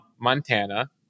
Montana